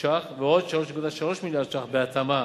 שקל ועוד 3.3 מיליארד שקל בהתאמה.